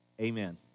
Amen